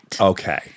Okay